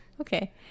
Okay